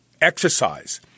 exercise